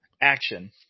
Action